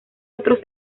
otros